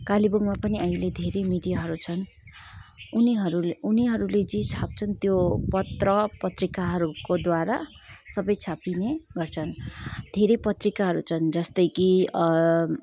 कालेबुङमा पनि अहिले धेरै मिडियाहरू छन् उनीहरूले उनीहरूले जे छाप्छन् त्यो पत्र पत्रिकाहरूको द्वारा सबै छापिने गर्छन् धेरै पत्रिकाहरू छन् जस्तै कि